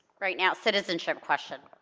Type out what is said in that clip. right now, citizenship question.